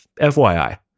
FYI